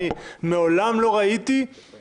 אני מעולם לא ראיתי מצב כזה.